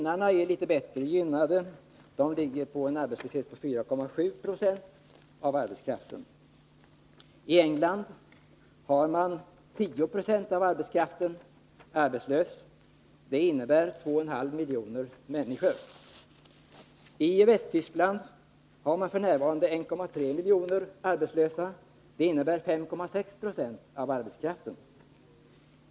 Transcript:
Läget är något bättre i Finland. Där uppgår arbetslösheten till 4,7 0 av arbetskraften. I England är 10 76 av arbetskraften arbetslös, vilket innebär att 2,5 miljoner människor är arbetslösa. I Västtyskland är 1,3 miljoner människor arbetslösa, vilket innebär 5,6 76 av arbetskraften.